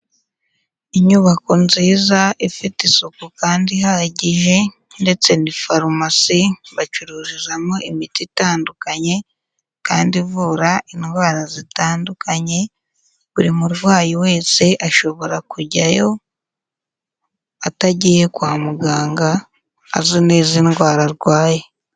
Inyubako nziza ifite isuku kandi ihagije ndetse ni farumasi, bacururizamo imiti itandukanye kandi ivura indwara zitandukanye, buri murwayi wese ashobora kujyayo atagiye kwa muganga azi neza indwara arwaye.